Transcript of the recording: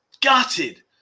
gutted